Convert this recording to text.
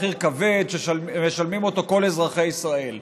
מחיר כבד שמשלמים אותו כל אזרחי ישראל.